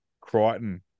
Crichton